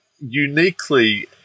uniquely